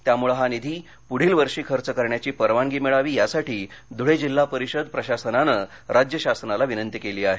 त्यामुळे हा निधी पुढील वर्षी खर्च करण्याची परवानगी मिळावी यासाठी धुळे जिल्हा परिषद प्रशासनानं राज्य शासनाला विनंती केली आहे